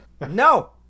No